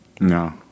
No